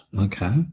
Okay